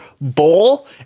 Bowl